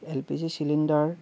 L P J cylinder